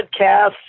podcast